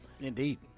Indeed